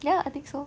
ya I think so